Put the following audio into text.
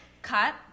Cut